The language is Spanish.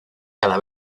cada